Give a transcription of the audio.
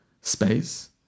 space